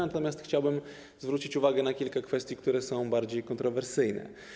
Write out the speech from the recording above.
Natomiast chciałem zwrócić uwagę na kilka kwestii, które są bardziej kontrowersyjne.